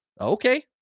Okay